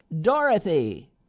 Dorothy